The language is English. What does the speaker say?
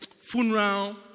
funeral